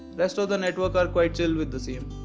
rest of the networks are quite chill with the same.